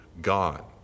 God